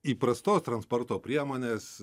įprastos transporto priemonės